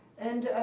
and